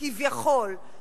כביכול,